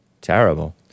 Terrible